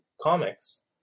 comics